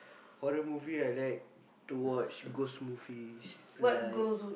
horror movie I like to watch ghosts movies like